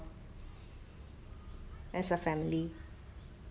as a family